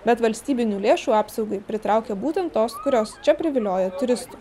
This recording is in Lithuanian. bet valstybinių lėšų apsaugai pritraukia būtent tos kurios čia privilioja turistų